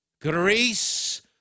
Greece